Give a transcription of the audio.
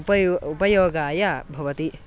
उपयोगाय उपयोगाय भवति